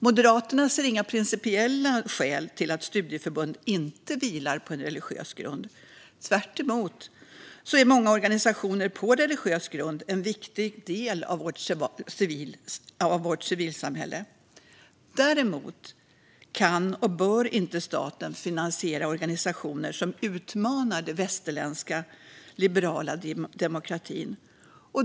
Moderaterna ser inga principiella skäl till att studieförbund inte ska vila på en religiös grund; tvärtom är många organisationer med religiös grund en viktig del av vårt civilsamhälle. Däremot kan och bör staten inte finansiera organisationer som utmanar den västerländska liberala demokratin.